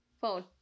phone